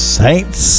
saints